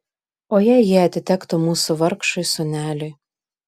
o jei jie atitektų mūsų vargšui sūneliui